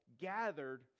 gathered